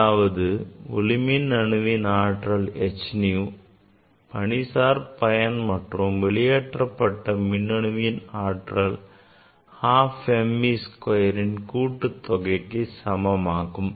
அதாவது ஒளிமின் அணுவின் ஆற்றல் h nu பணிசார் பயன் மற்றும் வெளியேற்றப்பட்ட மின்னணுவின் இயக்க ஆற்றல் half m v squareன் கூட்டுத் தொகைக்கு சமமாகும்